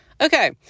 okay